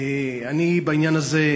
אני בעניין הזה,